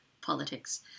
Politics